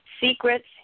Secrets